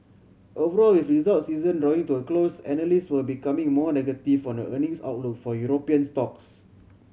overall with results season drawing to a close analysts were becoming more negative on the earnings outlook for European stocks